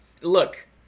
Look